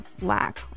lack